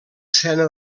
escena